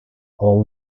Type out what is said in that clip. all